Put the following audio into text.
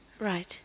Right